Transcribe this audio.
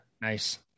Nice